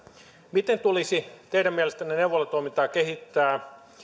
miten tulisi teidän mielestänne neuvolatoimintaa kehittää